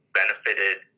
benefited